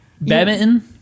Badminton